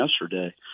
yesterday